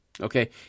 Okay